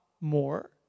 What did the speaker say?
more